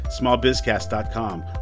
smallbizcast.com